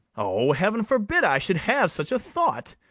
o, heaven forbid i should have such a thought!